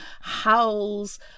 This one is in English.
howls